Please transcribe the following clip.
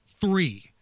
Three